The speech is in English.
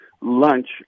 lunch